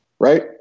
right